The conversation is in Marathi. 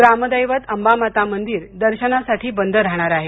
ग्रामदैवत आंबामाता मंदिर दर्शनसाठी बंद राहणार आहे